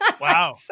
Wow